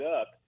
up